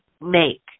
make